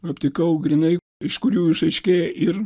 aptikau grynai iš kurių išaiškėja ir